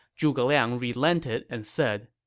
zhuge liang relented and said,